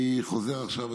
אני חוזר עכשיו,